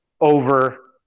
over